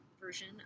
version